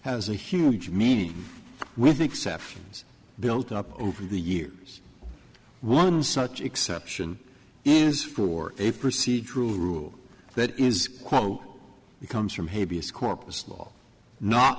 has a huge meeting with exceptions built up over the years one such exception is for a procedural rule that is quote comes from a b s corpus law not